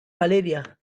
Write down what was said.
valeria